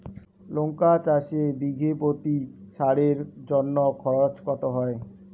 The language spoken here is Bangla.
লঙ্কা চাষে বিষে প্রতি সারের জন্য খরচ কত হয়?